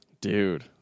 Dude